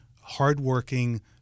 hardworking